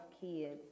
kids